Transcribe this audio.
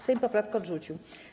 Sejm poprawkę odrzucił.